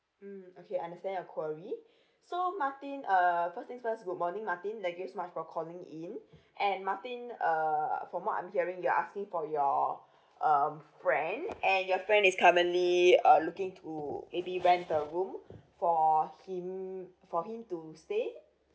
mmhmm okay understand your query so martin uh first things first good morning martin thank you so much for calling in and martin uh from what I'm hearing you're asking for your um friend and your friend is currently uh looking to maybe rent a room for him for him to stay